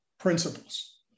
principles